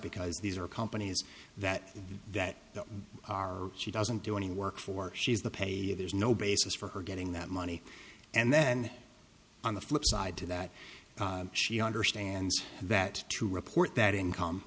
because these are companies that that are she doesn't do any work for she's the pay there's no basis for her getting that money and then on the flip side to that she understands that to report that income